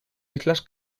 islas